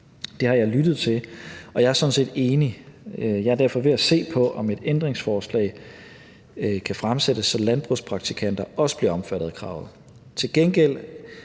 Det har jeg lyttet til, og jeg er sådan set enig. Jeg er derfor ved at se på, om et ændringsforslag kan stilles, så landbrugspraktikanter også bliver omfattet af kravet.